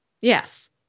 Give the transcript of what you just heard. yes